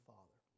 Father